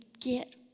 get